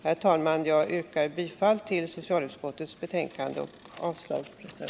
Herr talman! Jag yrkar bifall till socialutskottets hemställan.